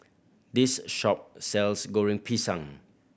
this a shop sells Goreng Pisang